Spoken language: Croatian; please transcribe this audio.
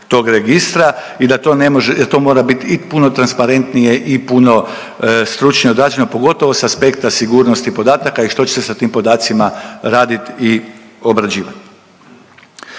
tog registra i da to ne može, to mora biti i puno transparentnije i puno stručnije odrađeno pogotovo s aspekta sigurnosti podataka i što će se s tim podacima radit i obrađivat.